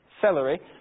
celery